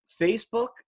Facebook